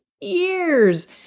years